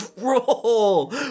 roll